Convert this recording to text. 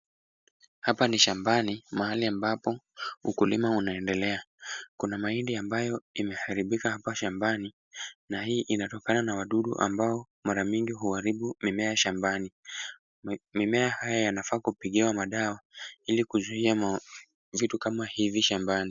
Hapa ni shambani mahali ambapo ukulima unaendelea. Kuna mahindi ambayo imeharibika hapa shambani, na hii inatokana na wadudu ambao mara mingi huharibu mimea shambani. Mi, mimea haya yanafaa kupigiwa madawa, ili kuzuia ma, vitu kama hivi shambani.